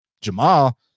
Jamal